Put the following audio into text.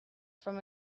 from